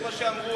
זה מה שאמרו,